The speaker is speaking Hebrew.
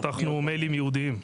פתחנו מיילים ייעודיים.